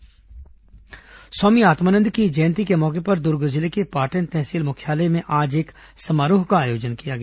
आत्मानंद जयंती समारोह स्वामी आत्मानंद की जयंती के मौके पर दुर्ग जिले के पाटन तहसील मुख्यालय में आज एक समारोह का आयोजन किया गया